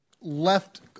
left